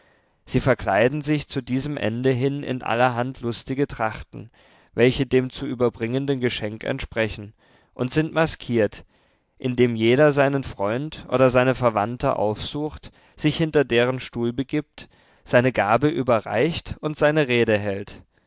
sie verkleiden sich zu diesem ende hin in allerhand lustige trachten welche dem zu überbringenden geschenk entsprechen und sind maskiert indem jeder seinen freund oder seine verwandte aufsucht sich hinter deren stuhl begibt seine gabe überreicht und seine rede hält